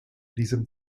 diesem